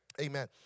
Amen